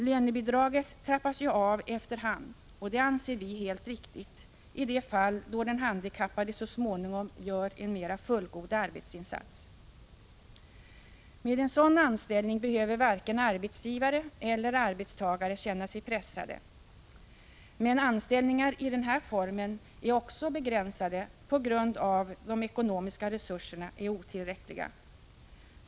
Lönebidraget trappas ju av efter hand, och det anser vi helt riktigt i de fall då den handikappade så småningom gör en mera fullgod arbetsinsats. Med en sådan inställning behöver varken arbetsgivare eller arbetstagare känna sig pressade. Men anställningar i denna form är också begränsade på grund av att de ekonomiska resurserna är otillräckliga.